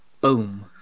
Boom